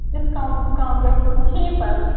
discount وِسکاؤنٹ گَژھِ نہٕ حظ کِہیٖنٛۍ پتہٕ